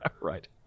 Right